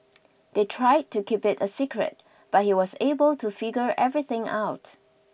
they tried to keep it a secret but he was able to figure everything out